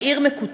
היא עיר מקוטבת,